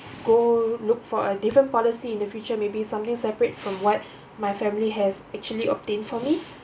go look for a different policy in the future maybe something separate from what my family has actually obtained for me